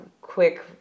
quick